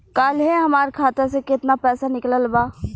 काल्हे हमार खाता से केतना पैसा निकलल बा?